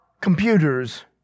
computers